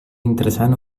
interessant